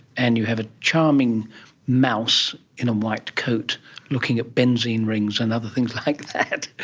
and you have a charming mouse in a white coat looking at benzene rings and other things like that.